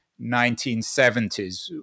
1970s